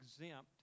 exempt